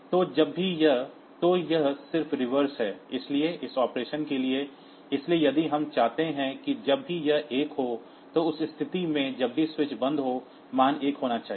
तो जब भी यह तो यह सिर्फ रिवर्स है इसलिए इस ऑपरेशन के लिए इसलिए यदि हम चाहते हैं कि जब भी यह 1 हो तो उस स्थिति में जब भी स्विच बंद हो मान एक होना चाहिए